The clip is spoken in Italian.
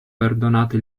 perdonato